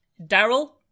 Daryl